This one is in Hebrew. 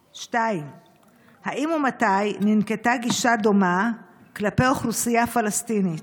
2. האם ומתי ננקטה גישה דומה כלפי אוכלוסייה פלסטינית?